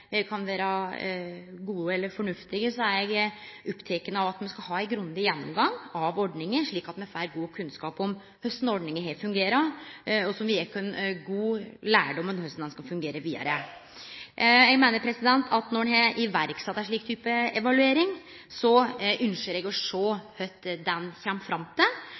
kan vere både gode og fornuftige, er eg oppteken av at me skal ha ein grundig gjennomgang av ordninga, slik at me får god kunnskap om korleis ordninga har fungert, som vil gje oss god lærdom om korleis ho skal fungere vidare. Når ein har sett i verk ein slik type evaluering, ynskjer eg å sjå kva ein der kjem fram til.